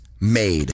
Made